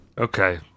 Okay